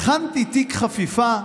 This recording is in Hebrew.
הכנתי תיק חפיפה,